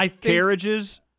carriages